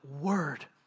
word